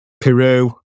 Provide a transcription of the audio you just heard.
Peru